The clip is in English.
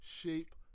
shape